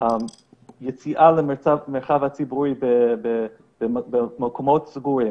יציאה למרחב הציבורי במקומות סגורים,